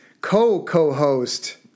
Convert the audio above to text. co-co-host